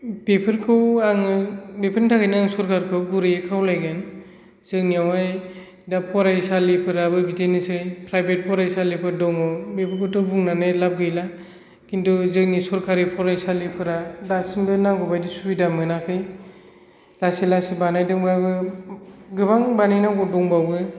बेफोरखौ आङो बेफोरनि थाखायनो आङो सरकारखौ गुरैयै खावलायगोन जोंनियावहाय दा फरायसालिफोराबो बिदिनोसै प्राइभेट फरायसालिफोर दङ बेखौबोथ' बुंनानै लाब गैला किन्तु जोंनि सरकारि फरायसालिफोरा दासिमबो नांगौबायदि सुबिदा मोनाखै लासै लासै बानायदोंबाबो गोबां बानायनांगौ दंबावो